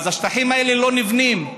ואז השטחים האלה לא נבנים.